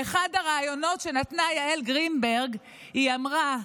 באחד הראיונות שנתנה יעל גרינברג היא אמרה: